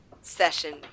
session